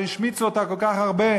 שהשמיצו אותה כל כך הרבה,